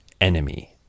enemy